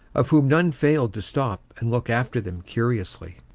of whom none failed to stop and look after them curiously.